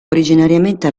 originariamente